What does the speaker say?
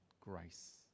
grace